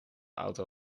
auto